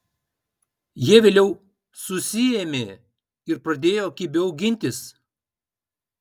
jie vėliau susiėmė ir pradėjo kibiau gintis